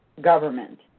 government